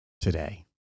today